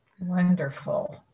Wonderful